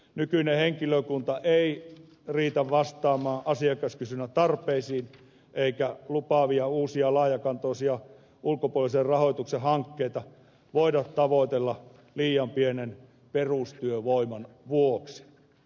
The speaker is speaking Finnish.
nykyinen henkilökunta ei riitä vastaamaan asiakaskysynnän tarpeisiin eikä lupaavia uusia laajakantoisia ulkopuolisen rahoituksen hankkeita voida tavoitella liian pienen perustyövoiman vuoksi